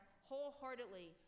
wholeheartedly